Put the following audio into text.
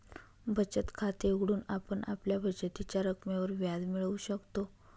बचत खाते उघडून आपण आपल्या बचतीच्या रकमेवर व्याज मिळवू शकतो